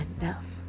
enough